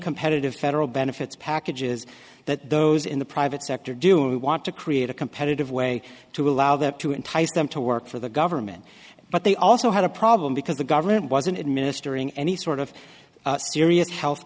competitive federal benefits packages that those in the private sector do and we want to create a competitive way to allow that to entice them to work for the government but they also had a problem because the government wasn't administering any sort of serious health